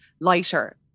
lighter